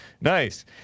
Nice